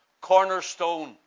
cornerstone